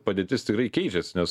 padėtis tikrai keičiasi nes